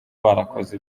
barakoze